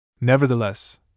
Nevertheless